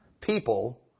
people